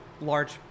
large